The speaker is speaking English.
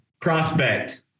Prospect